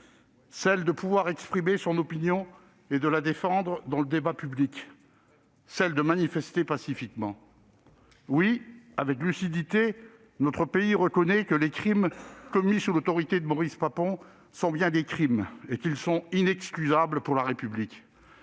celle de pouvoir exprimer son opinion et de la défendre dans le débat public ; celle de manifester pacifiquement. Oui, avec lucidité, notre pays reconnaît que les actes commis sous l'autorité de Maurice Papon sont bien des crimes et qu'ils sont inexcusables pour la République.